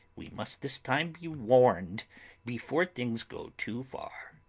we must this time be warned before things go too far.